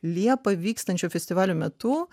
liepą vykstančio festivalio metu